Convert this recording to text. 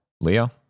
Leo